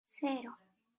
cero